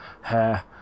hair